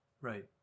Right